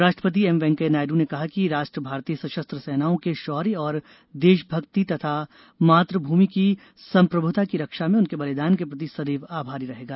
उपराष्ट्रपति एम वेंकैया नायडू ने कहा कि राष्ट्र भारतीय सशस्त्र सेनाओं के शौर्य और देशभक्ति तथा मातभूमि की समप्रभुता की रक्षा में उनके बलिदान के प्रति सदैव आभारी रहेगा